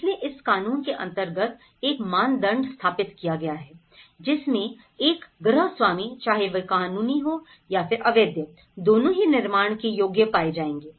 इसलिए इस कानून के अंतर्गत एक मानदंड स्थापित किया है जिसमें एक गृहस्वामी चाहे वह कानूनी हो या फिर अवैध दोनों ही निर्माण के योग्य पाई जाएंगे